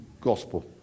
gospel